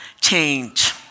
change